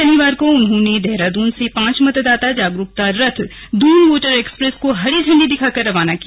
शनिवार को उन्होंने देहरादून से पांच मतदाता जागरूकता रथ दून वोटर एक्सप्रेस को इंडी दिखाकर रवाना किया